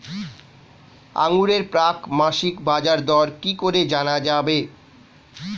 আঙ্গুরের প্রাক মাসিক বাজারদর কি করে জানা যাবে?